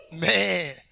Man